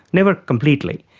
never completely.